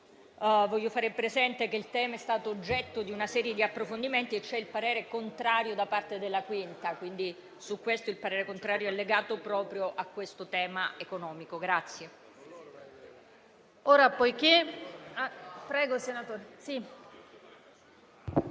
vorrei fare presente che il tema è stato oggetto di una serie di approfondimenti, ma c'è il parere contrario da parte della 5a Commissione. Quindi su questo testo il parere contrario è legato proprio al tema economico.